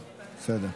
בסדר.